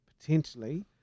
potentially